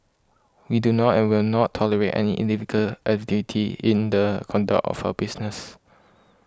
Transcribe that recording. we do not and will not tolerate any illegal activity in the conduct of our business